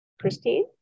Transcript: Christine